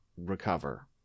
recover